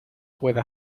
puede